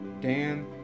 Dan